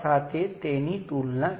તેથી મારી પાસે તે રીતે વહેતો કરંટ છે